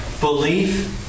belief